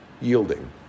yielding